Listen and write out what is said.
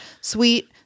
sweet